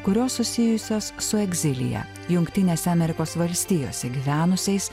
kurios susijusios su egzilija jungtinėse amerikos valstijose gyvenusiais